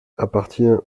appartient